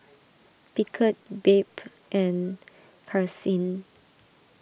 Beckett Babe and Karsyn